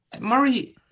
Murray